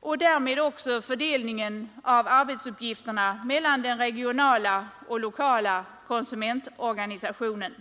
och därmed också fördelningen av arbetsuppgifterna mellan den regionala och den lokala konsumentorganisationen.